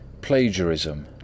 Plagiarism